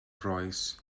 rois